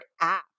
app